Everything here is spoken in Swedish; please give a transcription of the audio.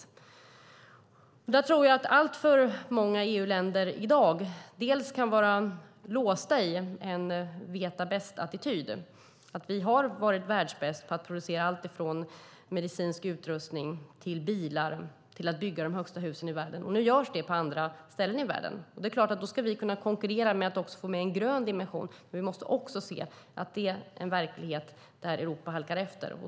Många EU-länder i dag är låsta i en veta-bäst-attityd. Vi har varit världsbäst på att producera medicinsk utrustning och bilar och på att bygga de högsta husen i världen. Nu görs det på andra håll i världen. Vi ska då konkurrera med att få med en grön dimension. Vi måste också se att det är en verklighet där Europa halkar efter.